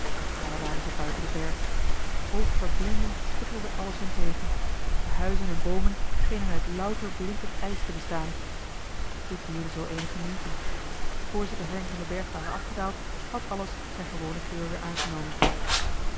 daar waren ze buiten den berg oogverblindend schitterde alles hun tegen de huizen en boomen schenen uit louter blinkend ijs te bestaan dit duurde zoo eenige minuten voor ze de helling van den berg waren afgedaald had alles zijne gewone kleur weer aangenomen